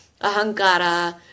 ahankara